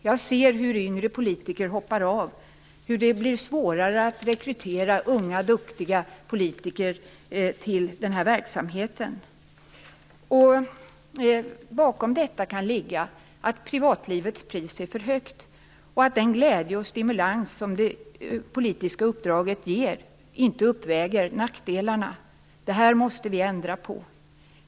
Jag ser hur yngre politiker hoppar av och hur det blir svårare att rekrytera unga duktiga politiker till den här verksamheten. Bakom detta kan ligga att privatlivets pris är för högt och att den glädje och stimulans som det politiska uppdraget ger inte uppväger nackdelarna. Det måste vi ändra på.